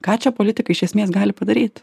ką čia politikai iš esmės gali padaryt